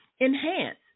enhance